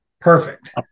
Perfect